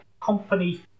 company